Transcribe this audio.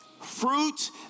fruit